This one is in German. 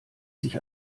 sich